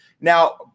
Now